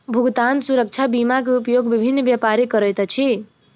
भुगतान सुरक्षा बीमा के उपयोग विभिन्न व्यापारी करैत अछि